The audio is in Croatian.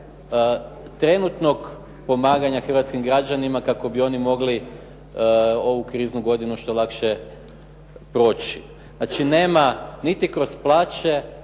trenutnog pomaganja hrvatskih građanima kako bi oni mogli ovu kriznu godinu što lakše proći. Znači nema niti kroz plaće,